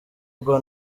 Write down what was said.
ubwo